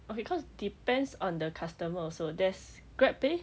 okay cause depends on the customer also there's grab pay